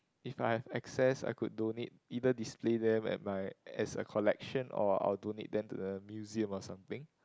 if I have excess I could donate either display them at my as a collection or I'll donate them to a museum or something